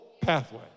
pathway